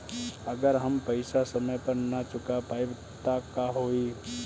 अगर हम पेईसा समय पर ना चुका पाईब त का होई?